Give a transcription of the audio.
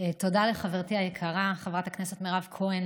תודה לחברתי היקרה חברת הכנסת מירב כהן